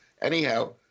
anyhow